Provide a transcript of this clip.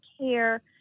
care